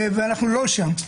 ואנחנו לא שם,